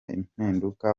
impinduka